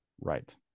Right